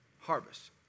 harvest